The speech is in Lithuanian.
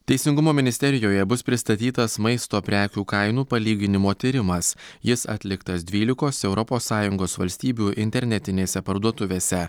teisingumo ministerijoje bus pristatytas maisto prekių kainų palyginimo tyrimas jis atliktas dvylikos europos sąjungos valstybių internetinėse parduotuvėse